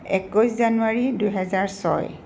একৈছ জানুৱাৰী দুহেজাৰ ছয়